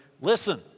listen